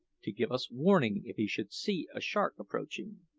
to give us warning if he should see a shark approaching.